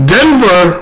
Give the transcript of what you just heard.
Denver